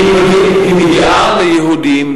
היא מגיעה ליהודים,